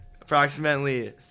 Approximately